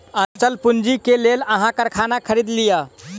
अचल पूंजी के लेल अहाँ कारखाना खरीद लिअ